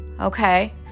okay